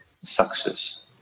success